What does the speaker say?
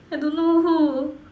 I don't know who